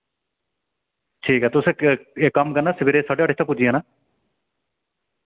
ठीक ऐ तुसे इक इक कम्म करना सवेरै साढे अट्ठ इत्थै पुज्जी जाना